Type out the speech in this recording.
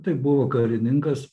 tai buvo karininkas